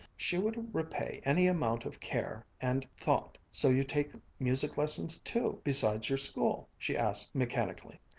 she would repay any amount of care and thought. so you take music-lessons too, besides your school? she asked mechanically.